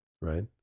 right